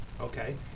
okay